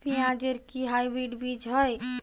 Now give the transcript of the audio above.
পেঁয়াজ এর কি হাইব্রিড বীজ হয়?